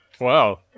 Wow